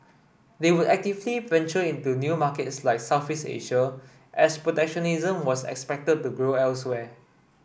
they would actively venture into new markets like Southeast Asia as protectionism was expected to grow elsewhere